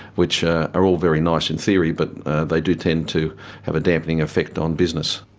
which are are all very nice in theory, but they do tend to have a dampening effect on business.